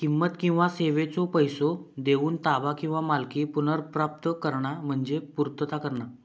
किंमत किंवा सेवेचो पैसो देऊन ताबा किंवा मालकी पुनर्प्राप्त करणा म्हणजे पूर्तता करणा